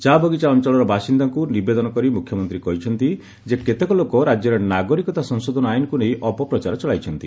ଚା ବଗିଚା ଅଞ୍ଚଳର ବାସିନ୍ଦାଙ୍କୁ ନିବେଦନ କରି ମୁଖ୍ୟମନ୍ତ୍ରୀ କହିଛନ୍ତି ଯେ କେତେକ ଲୋକ ରାଜ୍ୟରେ ନାଗରିକତା ସଂଶୋଧନ ଆଇନ୍କୁ ନେଇ ଅପପ୍ରଚାର ଚଳାଇଛନ୍ତି